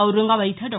औरंगाबाद इथं डॉ